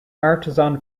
artisan